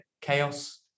chaos